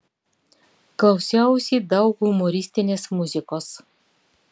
klausiausi daug humoristinės muzikos